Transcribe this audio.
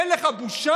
אין לך בושה?